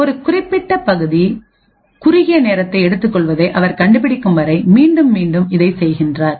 ஒரு குறிப்பிட்ட பகுதி குறுகிய நேரத்தை எடுத்துக்கொள்வதை அவர் கண்டுபிடிக்கும் வரை மீண்டும் மீண்டும் இதை செய்கின்றார்